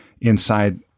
inside